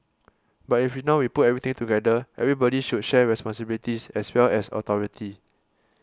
but if we now put everything together everybody should share responsibilities as well as authority